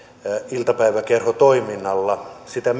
iltapäiväkerhotoiminnalla sitä